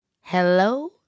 Hello